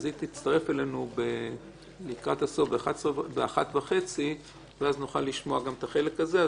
אז היא תצטרף אלינו לקראת הסוף ב-13:30 ואז נוכל לשמוע גם את החלק הזה.